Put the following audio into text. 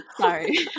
Sorry